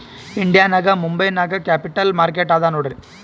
India ನಾಗ್ ಮುಂಬೈ ನಾಗ್ capital market ಅದಾ ನೋಡ್ರಿ